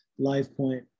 LifePoint